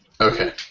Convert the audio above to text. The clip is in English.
Okay